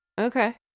okay